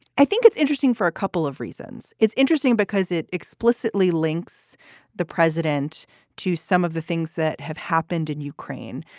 i think it's interesting for a couple of reasons. it's interesting because it explicitly links the president to some of the things that have happened in ukraine,